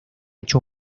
hecho